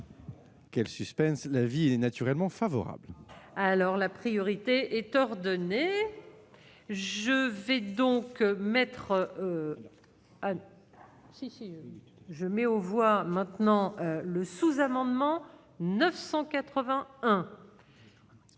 Quel suspense, la vie est naturellement favorable. Alors, la priorité est ordonnée, je vais donc mettent. Anne Sicile. Je mets aux voix maintenant le sous-amendement 980